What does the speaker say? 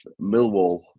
Millwall